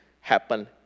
happen